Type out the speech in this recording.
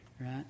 Right